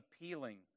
appealing